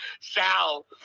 Sal